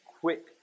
quick